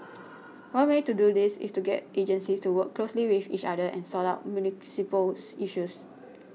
one way to do this is to get agencies to work closely with each other and sort out municipals issues